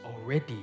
already